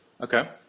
okay